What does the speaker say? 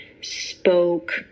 spoke